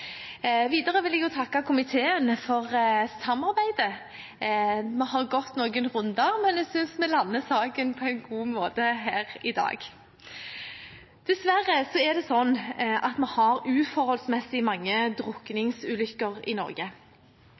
Videre vil jeg også takke komiteen for samarbeidet. Vi har gått noen runder, men jeg synes vi lander saken på en god måte her i dag. Dessverre er det sånn at vi har uforholdsmessig mange drukningsulykker i Norge.